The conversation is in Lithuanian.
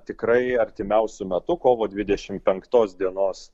tikrai artimiausiu metu kovo dvidešim penktos dienos